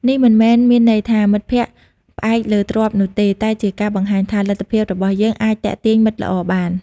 នេះមិនមែនមានន័យថា មិត្តភាពផ្អែកលើទ្រព្យនោះទេ តែជាការបង្ហាញថា លទ្ធភាពរបស់យើងអាចទាក់ទាញមិត្តល្អបាន។